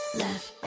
left